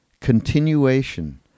continuation